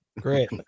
great